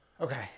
Okay